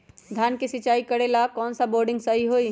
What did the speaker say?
धान के सिचाई करे ला कौन सा बोर्डिंग सही होई?